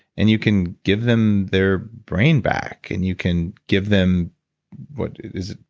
and you can give them their brain back. and you can give them what is it,